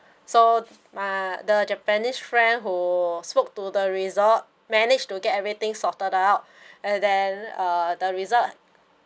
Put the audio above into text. so my the japanese friend who spoke to the resort managed to get everything sorted out and then uh the resort